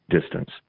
distance